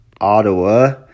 Ottawa